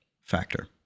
factor